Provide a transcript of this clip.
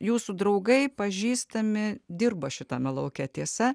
jūsų draugai pažįstami dirba šitame lauke tiesa